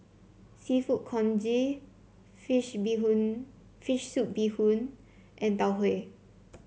seafood congee fish Bee Hoon fish soup Bee Hoon and Tau Huay